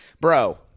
bro